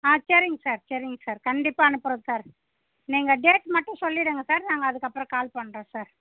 ஆ சரிங்க சார் சரிங்க சார் கண்டிப்பாக அனுப்புகிறோம் சார் நீங்கள் டேட் மட்டும் சொல்லிவிடுங்க சார் நாங்கள் அதுக்கப்புறம் கால் பண்ணுறோம் சார்